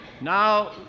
Now